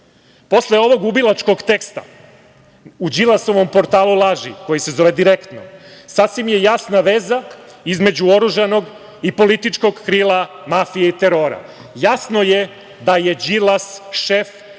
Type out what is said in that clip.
ovog ubilačkog teksta u Đilasovom portalu laži, koji se zove Direktno, sasvim je jasna veza između oružanog i političkog krila mafije i terora. Jasno je da je Đilas šef